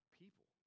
people